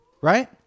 Right